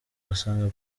basanga